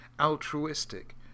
altruistic